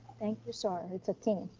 thank you sir, it's a team.